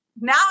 now